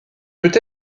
peut